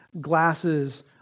glasses